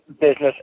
business